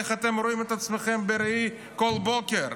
איך אתם רואים את עצמכם בראי כל בוקר?